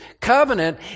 covenant